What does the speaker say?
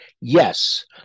Yes